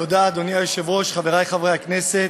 אדוני היושב-ראש, תודה, חברי חברי הכנסת,